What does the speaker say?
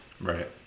Right